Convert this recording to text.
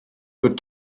good